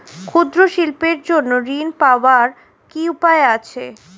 ক্ষুদ্র শিল্পের জন্য ঋণ পাওয়ার কি উপায় আছে?